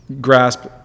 grasp